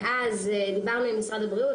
מאז דיברנו עם משרד הבריאות.